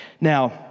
Now